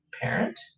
parent